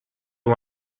you